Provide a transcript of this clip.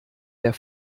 der